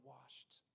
washed